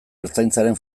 ertzaintzaren